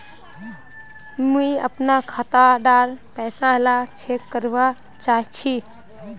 मुई अपना खाता डार पैसा ला चेक करवा चाहची?